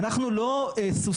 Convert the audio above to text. אנחנו לא סוסים,